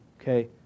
Okay